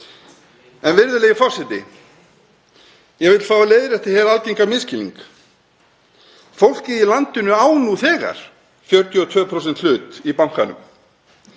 En, virðulegi forseti, ég vil fá að leiðrétta hér algengan misskilning. Fólkið í landinu á nú þegar 42% hlut í bankanum.